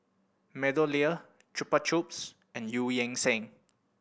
MeadowLea Chupa Chups and Eu Yan Sang